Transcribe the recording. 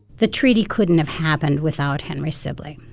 the treaty couldn't have happened without henry sibley.